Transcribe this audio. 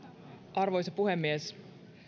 arvoisa puhemies